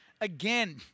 Again